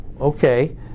okay